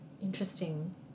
interesting